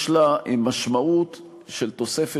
הצעת החוק שלי באה ואומרת שצריך להתייחס לתופעה